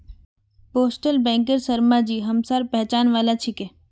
postal बैंकेर शर्माजी हमसार पहचान वाला छिके